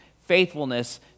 faithfulness